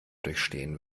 durchstehen